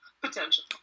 potential